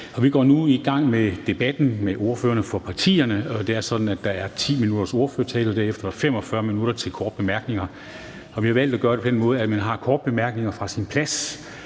Vi går nu i gang med debatten mellem ordførerne for partierne. Det er sådan, at der er 10 minutters ordførertale, og derefter er der 45 minutter til korte bemærkninger. Vi har valgt at gøre det på den måde, at man har korte bemærkninger fra sin plads,